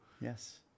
Yes